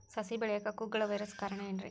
ಸಸಿ ಬೆಳೆಯಾಕ ಕುಗ್ಗಳ ವೈರಸ್ ಕಾರಣ ಏನ್ರಿ?